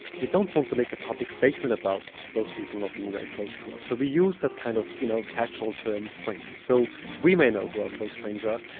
we don't want to make a public statement about those people not being very close to us, so we use that kind of you know of casual term friend. so we may know who our close friends are,